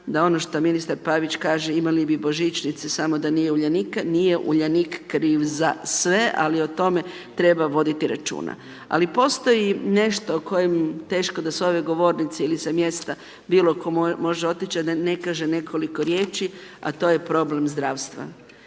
da ono što ministar Pavić kaže, imali bi Božićnice samo da nije Uljanika, nije Uljanik kriv za sve, ali o tome treba voditi računa. Ali postoji nešto, o kojem teško da s ove govornice ili sa mjesta bilo tko može otići, a da ne kaže nekoliko riječi, a to je problem zdravstva.